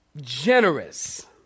generous